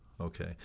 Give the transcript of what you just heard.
Okay